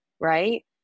right